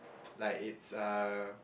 like it's uh